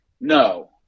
No